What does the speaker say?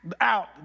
out